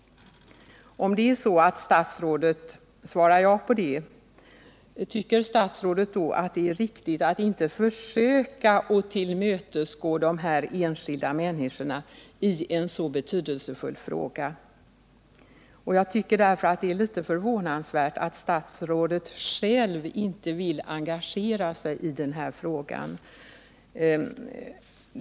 Om statsrådet svarar ja på den frågan, tycker statsrådet då att det är riktigt att inte försöka att tillmötesgå de här enskilda människorna i en så betydelsefull fråga? Jag tycker att det är litet förvånansvärt att statsrådet själv inte vill engagera sig i denna fråga.